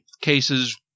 cases